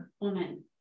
woman